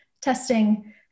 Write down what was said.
testing